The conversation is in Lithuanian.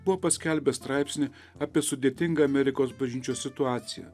buvo paskelbęs straipsnį apie sudėtingą amerikos bažnyčios situaciją